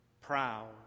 proud